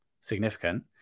significant